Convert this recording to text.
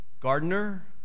Gardener